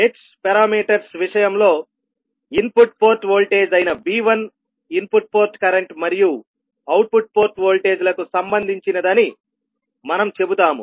h parameters విషయంలో input port voltage అయిన V1 input port current మరియు అవుట్పుట్ పోర్ట్ వోల్టేజ్ లకు సంబంధించినదని మనం చెబుతాము